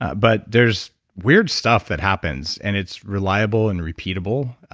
but there's weird stuff that happens. and it's reliable and repeatable.